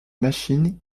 machine